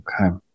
okay